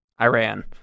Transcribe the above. Iran